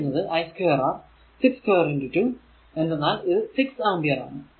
p എന്നത് i 2 R 62 2 എന്തെന്നാൽ ഇത് 6 ആമ്പിയർ ആണ്